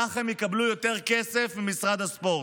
כך הם יקבלו יותר כסף ממשרד הספורט.